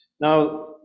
Now